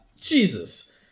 Jesus